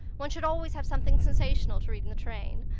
one should always have something sensational to read in the train.